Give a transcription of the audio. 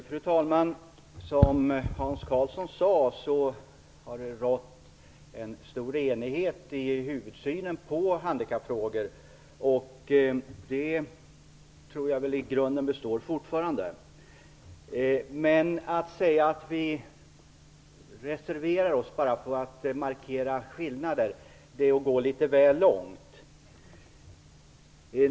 Fru talman! Som Hans Karlsson sade har det rått stor enighet i den huvudsakliga synen på handikappfrågor. Det tror jag i grunden består fortfarande. Men att säga att vi reserverar oss bara för att markera skillnader är att gå litet väl långt.